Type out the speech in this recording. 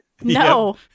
no